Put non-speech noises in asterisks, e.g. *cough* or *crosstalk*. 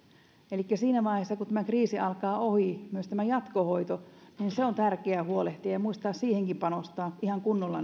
elikkä siinä vaiheessa kun tämä kriisi alkaa olla ohi myös jatkohoidosta on tärkeää huolehtia ja muistaa siihenkin panostaa ihan kunnolla *unintelligible*